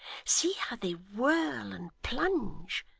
see how they whirl and plunge.